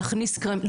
להכניס קרם למשל,